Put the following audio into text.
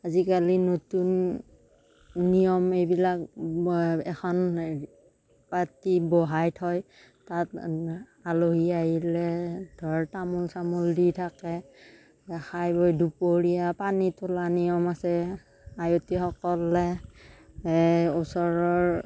আজিকালি নতুন নিয়ম এইবিলাক এখন পাটী বহাই থয় তাত আলহী আহিলে ধৰ তামোল চামোল দি থাকে খাই বৈ দুপৰীয়া পানী তোলা নিয়ম আছে আয়তীসকলে ওচৰৰ